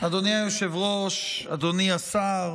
אדוני היושב-ראש, אדוני השר,